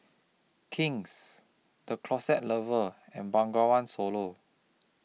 King's The Closet Lover and Bengawan Solo